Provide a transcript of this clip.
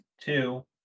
two